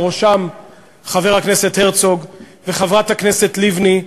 ובראשם חבר הכנסת הרצוג וחברת הכנסת לבני,